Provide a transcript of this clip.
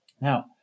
Now